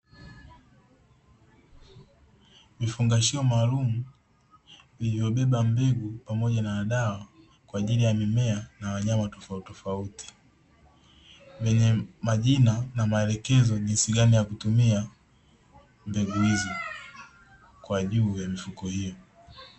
Vifungashio maalumu vilivyobeba mbegu pamoja na dawa kwa ajili ya mimea na wanyama tofautitofauti, vyenye majina na maelekezo ya jinsi gani ya kutumia mbegu hizo kwa juu ya mifuko hio.